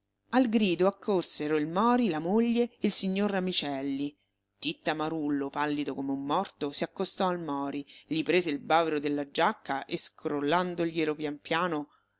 al grido accorsero il mori la moglie il signor ramicelli titta marullo pallido come un morto si accostò al mori gli prese il bavero della giacca e scrollandoglielo pian piano